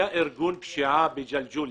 היה ארגון פשיעה בג'לג'וליה,